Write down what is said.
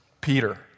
Peter